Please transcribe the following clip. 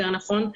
יותר נכון,